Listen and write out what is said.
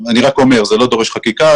כאמור, זה לא דורש חקיקה.